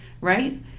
right